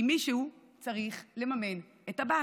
כי מישהו צריך לממן את עבאס,